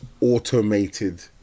automated